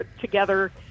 together